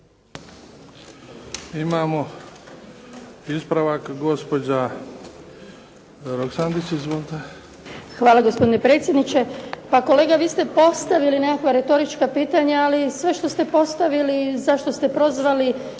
**Roksandić, Ivanka (HDZ)** Hvala gospodine predsjedniče. Pa, kolega vi ste postavili nekakva retorička pitanja, ali sve što ste postavili za što ste prozvali